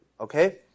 okay